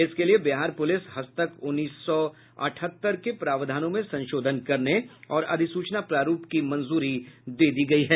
इसके लिए बिहार पुलिस हस्तकउन्नीस सौ अठहत्तर के प्रावधानों में संशोधन करने और अधिसूचना प्रारूप की मंजूरी दी गई है